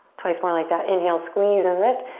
twice more like that. inhale, squeeze and lift.